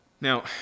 Now